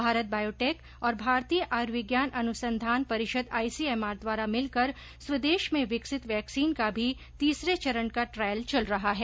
Bharat Biotech और भारतीय आयुर्विज्ञान अनुसंधान परिषद आईसीएमआर द्वारा मिलकर स्वदेश में विकसित वैक्सीन का भी तीसरे चरण का ट्रायल चल रहा है